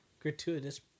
gratuitous